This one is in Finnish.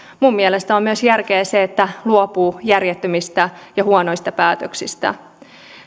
minun mielestäni on myös järkevää se että luopuu järjettömistä ja huonoista päätöksistä